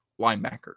linebacker